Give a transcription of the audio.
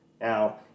Now